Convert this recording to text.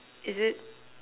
is it